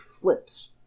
flips